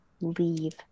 leave